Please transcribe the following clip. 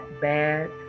Bad